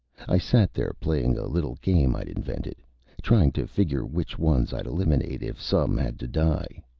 i sat there playing a little game i'd invented trying to figure which ones i'd eliminate if some had to die.